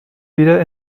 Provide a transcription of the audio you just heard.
wieder